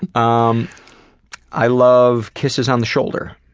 um i love kisses on the shoulder.